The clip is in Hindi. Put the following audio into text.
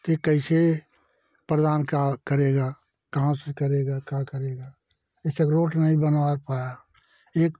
कि कैसे प्रधान का करेगा कहाँ से करेगा क्या करेगा एक रोट नहीं बनवा पाया एक